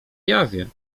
jawie